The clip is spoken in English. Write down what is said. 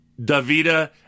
Davida